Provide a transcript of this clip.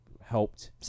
Helped